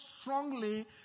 strongly